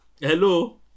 hello